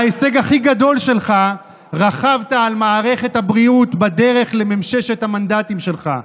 וההישג הכי גדול שלך: רכבת על מערכת הבריאות בדרך לממששת המנדטים שלך,